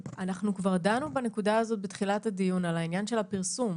כבר דנו בנקודה הזאת בתחילת הדיון על העניין של הפרסום.